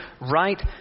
right